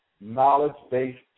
knowledge-based